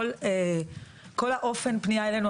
כל אופן הפנייה אלינו,